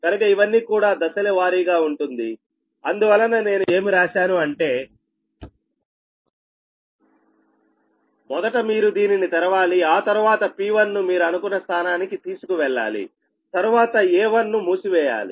కనుక ఇవన్నీ కూడా దశలవారీ గా ఉంటుంది అందువలన నేను ఏమి రాశాను అంటే మొదట మీరు దీనిని తెరవాలి ఆ తరువాత P1 ను మీరు అనుకున్న స్థానానికి తీసుకువెళ్లాలి తరువాత A1 ను మూసివేయాలి